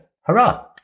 Hurrah